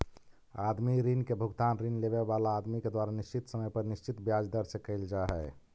आदमी ऋण के भुगतान ऋण लेवे वाला आदमी के द्वारा निश्चित समय पर निश्चित ब्याज दर से कईल जा हई